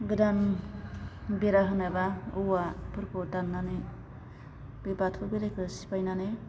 गोदान बेरा होनोबा औवाफोरखौ दाननानै बे बाथौ बोराइखौ सिफायनानै